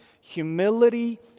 humility